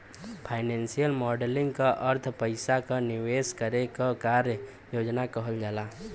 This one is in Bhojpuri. फाइनेंसियल मॉडलिंग क अर्थ पइसा क निवेश करे क कार्य योजना कहल जाला